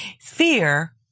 Fear